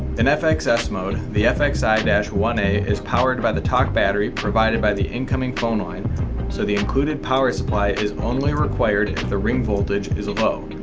in fxs mode the fxi one a is powered by the talk-battery provided by the incoming phone line so the included power supply is only required the ring voltage is a low.